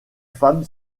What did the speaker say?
femme